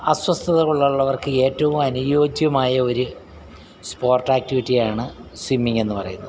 അസ്വസ്ഥതകൾ ഉള്ളവർക്ക് ഏറ്റവും അനുയോജ്യമായ ഒരു സ്പോട്ട് ആക്റ്റിവിറ്റിയാണ് സ്വിമ്മിങ്ങെന്നു പറയുന്നത്